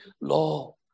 law